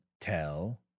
Tell